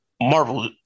Marvel